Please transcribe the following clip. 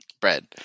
bread